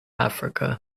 africa